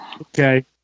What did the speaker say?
Okay